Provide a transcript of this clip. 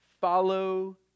follow